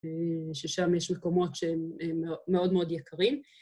ששם יש מקומות שהם מאוד מאוד יקרים.